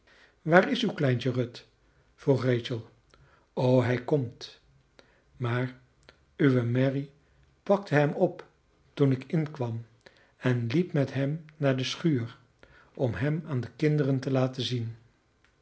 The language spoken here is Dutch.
waar is uw kleintje ruth vroeg rachel o hij komt maar uwe mary pakte hem op toen ik inkwam en liep met hem naar de schuur om hem aan de kinderen te laten zien